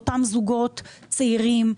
אותם זוגות צעירים,